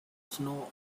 snow